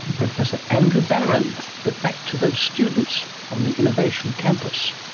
professor andrew barron. but back to those students on the innovation campus.